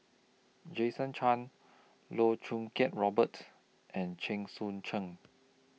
Jason Chan Loh Choo Kiat Robert and Chen Sucheng